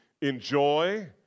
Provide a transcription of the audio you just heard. enjoy